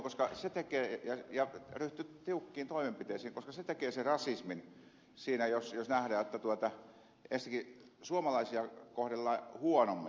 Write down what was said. tähän pitäisi kiinnittää huomiota ja ryhtyä tiukkiin toimenpiteisiin koska se tekee sen rasismin siinä jos nähdään että ensinnäkin suomalaisia kohdellaan huonommin